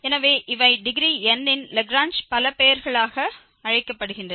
எனவே இவை degree n இன் லாக்ரேஞ்ச் பலபெயர்களாக அழைக்கப்படுகின்றன